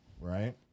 right